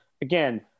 Again